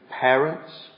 parents